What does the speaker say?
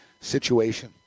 situation